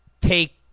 take